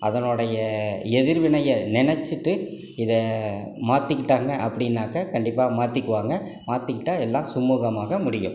அதனுடைய எதிர்வினையை நினச்சிட்டு இதை மாற்றிக்கிட்டாங்க அப்படின்னாக்க கண்டிப்பாக மாற்றிக்குவாங்க மாற்றிகிட்டா எல்லாம் சுமுகமாக முடியும்